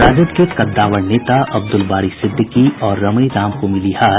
राजद के कद्दावर नेता अब्दुल बारी सिद्दीकी और रमई राम को मिली हार